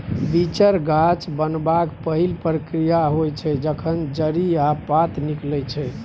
बीचर गाछ बनबाक पहिल प्रक्रिया होइ छै जखन जड़ि आ पात निकलै छै